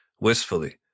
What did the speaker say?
wistfully